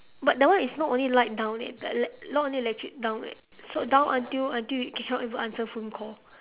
but that one is not only light down eh elec~ not only electric down eh so down until until you cannot even answer phone call